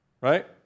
right